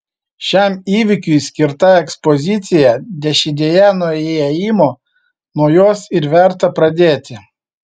šiam įvykiui skirta ekspozicija dešinėje nuo įėjimo nuo jos ir verta pradėti